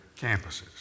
campuses